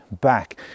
back